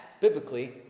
biblically